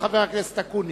חבר הכנסת אקוניס.